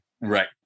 Right